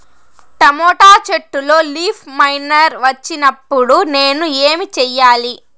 Tomato చెట్టులో leaf miner వచ్చినప్పుడు నేను ఏమి చెయ్యాలి?